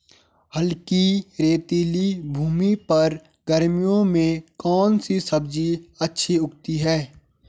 हल्की रेतीली भूमि पर गर्मियों में कौन सी सब्जी अच्छी उगती है?